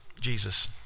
Jesus